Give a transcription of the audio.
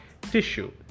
tissue